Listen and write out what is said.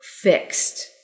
fixed